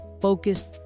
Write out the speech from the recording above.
focused